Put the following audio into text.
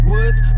Woods